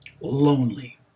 Lonely